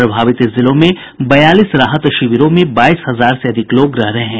प्रभावित जिलों में बयालीस राहत शिविरों में बाईस हजार से ज्यादा लोग रह रहे हैं